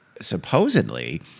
supposedly